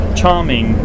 charming